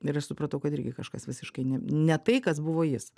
ir aš supratau kad irgi kažkas visiškai ne ne tai kas buvo jis